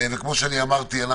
כמו שאמרתי,